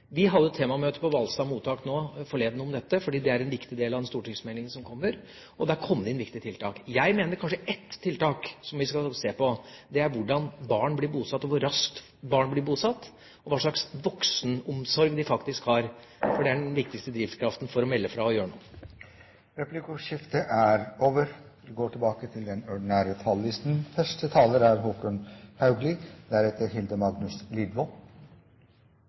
Vi hadde temamøte om dette på Hvalstad mottak forleden, for det er en viktig del av den stortingsmeldingen som kommer, og der kom det inn viktige forslag til tiltak. Ett tiltak som vi kan se på, er hvordan barn blir bosatt, hvor raskt barn blir bosatt, og hva slags voksenomsorg de faktisk har. For det er den viktigste drivkraften for å melde fra og gjøre noe. Replikkordskiftet er dermed over.